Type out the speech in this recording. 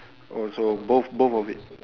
oh so both both of it